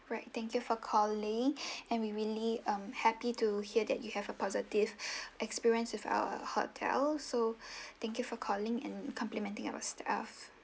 right thank you for calling and we really um happy to hear that you have a positive experience with our hotel so thank you for calling and complimenting our staff